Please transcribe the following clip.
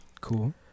Cool